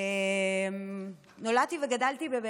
נולדתי וגדלתי בבאר שבע,